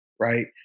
right